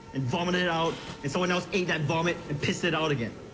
and vomited it out, and someone else ate that vomit, and pissed it out again.